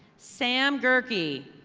sam gerky.